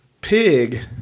pig